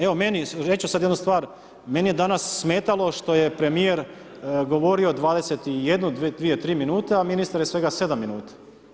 Evo meni, reći ću sada jednu stvar, meni je danas smetalo što je premijer govorio 21, 22, 23 minute, a ministar je svega 7 minuta.